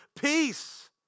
Peace